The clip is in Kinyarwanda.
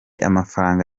amafaranga